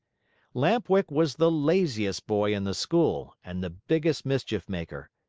lamp-wick was the laziest boy in the school and the biggest mischief-maker,